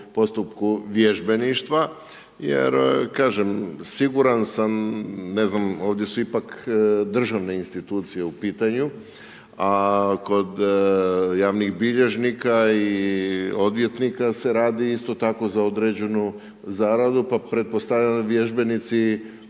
postupku vježbeništva. Jer, kažem, siguran sam, ne znam, ovdje su ipak državne institucije u pitanju, a kod, javnih bilježnika i odvjetnika se radi isto tako za određenu zaradu, pa pretpostavljam da vježbenici